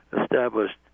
established